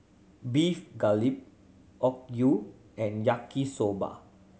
Beef Galbi Okayu and Yaki Soba